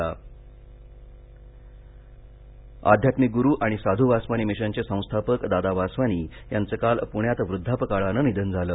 दादा वासवानी निधन अध्यात्मिक गुरू आणि साधू वासवानी मिशनचे संस्थापक दादा वासवानी यांचं काल पुण्यात वृद्धापकाळाने निधन झालं